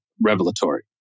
revelatory